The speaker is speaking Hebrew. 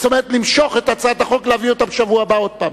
זאת אומרת למשוך את הצעת החוק ולהביא אותה בשבוע הבא עוד פעם,